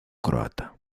croata